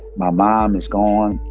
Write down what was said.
my mom is gone.